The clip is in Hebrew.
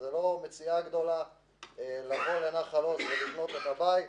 זה לא מציאה גדולה לבוא לנחל עוז ולבנות את הבית.